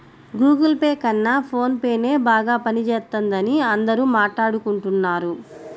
Google Pay కన్నా ఫోన్ పేనే బాగా పనిజేత్తందని అందరూ మాట్టాడుకుంటన్నారు